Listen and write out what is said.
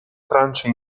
francia